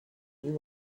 you